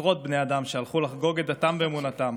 עשרות בני אדם שהלכו לחגוג את דתם ואמונתם